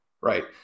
Right